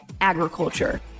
agriculture